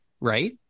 right